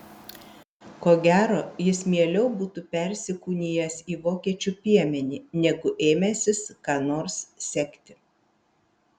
ko gero jis mieliau būtų persikūnijęs į vokiečių piemenį negu ėmęsis ką nors sekti